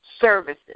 services